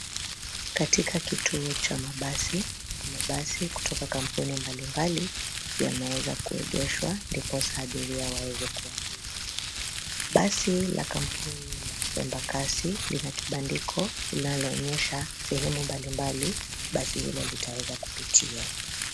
Katika kituo cha mabasi. Mabasi kutoka kampuni mbalimbali yameweza kuegeshwa ndiposa abiria waweze kuabiri. Basi la kampuni la Embakasi lina kibandiko linaloonyesha sehemu mbalimbali basi hilo litaweza kupitia.